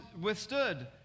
withstood